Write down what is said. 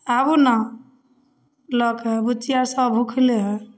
आउ ने लऽ के बुच्चिया सब भूखले है